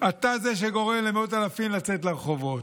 אתה זה שגורם למאות אלפים לצאת לרחובות,